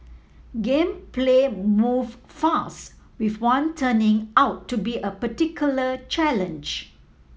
game play move with one turning out to be a particular challenge